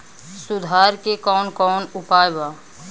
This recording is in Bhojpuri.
सुधार के कौन कौन उपाय वा?